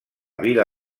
vila